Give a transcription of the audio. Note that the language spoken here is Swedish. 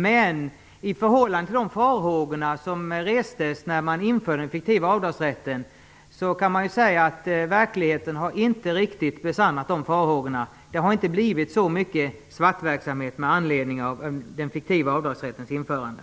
Men i förhållande till de farhågor som restes när den fiktiva avdragsrätten infördes har verkligheten inte riktigt besannat de farhågorna. Det har inte blivit så mycket svartverksamhet med anledning av den fiktiva avdragsrättens införande.